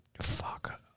fuck